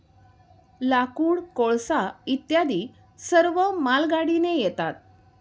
लाकूड, कोळसा इत्यादी सर्व मालगाडीने येतात